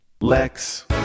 Lex